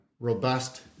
Robust